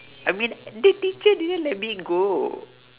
I mean the teacher didn't let me go